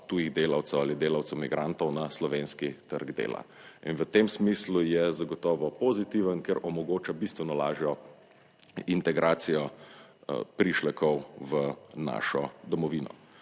tujih delavcev ali delavcev migrantov na slovenski trg dela. In v tem smislu je zagotovo pozitiven, ker omogoča bistveno lažjo integracijo prišlekov v našo domovino.